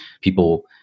people